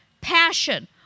Passion